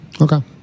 Okay